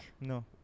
No